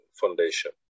Foundation